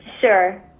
sure